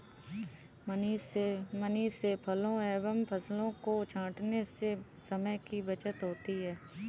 machine से फलों एवं फसलों को छाँटने से समय की बचत होती है